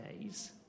days